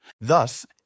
Thus